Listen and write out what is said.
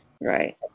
Right